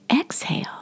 exhale